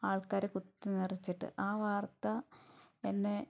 ആൾക്കാരെ കുത്തിനിറച്ചിട്ട് ആ വാർത്ത എന്നെ